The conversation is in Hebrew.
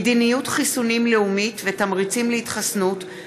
(מדיניות חיסונים לאומית ותמריצים להתחסנות),